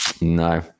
No